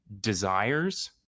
desires